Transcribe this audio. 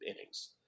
innings